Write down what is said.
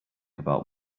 about